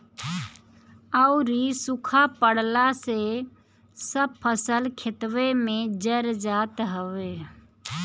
अउरी सुखा पड़ला से सब फसल खेतवे में जर जात हवे